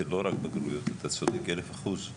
זה לא רק בגרויות, אתה צודק אלף אחוז.